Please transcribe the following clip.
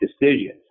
decisions